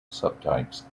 subtypes